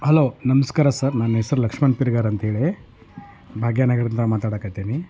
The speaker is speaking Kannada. ಹಲೋ ನಮಸ್ಕಾರ ಸರ್ ನನ್ನ ಹೆಸರು ಲಕ್ಷ್ಮಣ್ ಪಿರ್ಗಾರ್ ಅಂತ್ಹೇಳಿ ಭಾಗ್ಯ ನಗರದಿಂದ ಮಾತಾಡಕೆ ಹತ್ತೀನಿ